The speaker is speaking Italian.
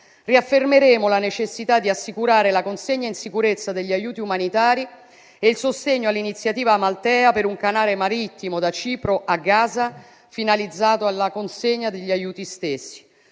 Riaffermeremo la necessità di assicurare la consegna in sicurezza degli aiuti umanitari e il sostegno all'iniziativa Amaltea per un canale marittimo da Cipro a Gaza, finalizzato alla consegna degli aiuti stessi,